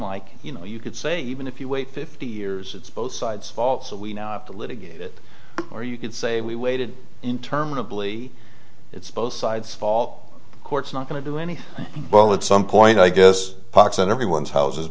like you know you could say even if you wait fifty years it's both sides fault so we now have to litigate it or you could say we waited interminably it's both sides fault of course not going to do any well at some point i guess pox on everyone's houses